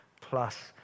plus